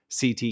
CT